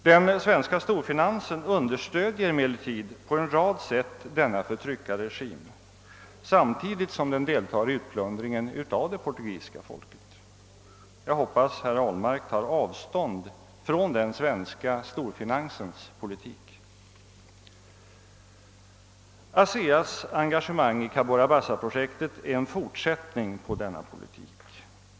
Den svenska storfinansen understöder emellertid på en rad sätt denna förtryckarregim samtidigt som den deltar i utplundringen av det portugisiska folket. Jag hoppas att herr Ahlmark tar avstånd från den svenska storfinansens politik. ASEA:s engagemang i Cabora Bassaprojektet är en fortsättning på denna politik.